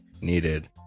needed